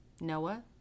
Noah